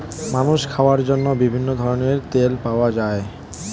মানুষের খাওয়ার জন্য বিভিন্ন ধরনের তেল পাওয়া যায়